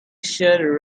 shirt